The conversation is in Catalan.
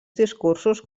discursos